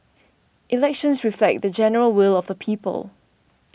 elections reflect the general will of the people